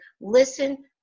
listen